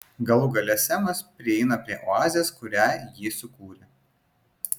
galų gale semas prieina prie oazės kurią ji sukūrė